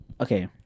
Okay